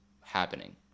happening